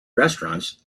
restaurants